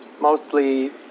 mostly